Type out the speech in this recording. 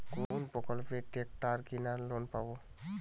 কোন প্রকল্পে ট্রাকটার কেনার লোন পাব?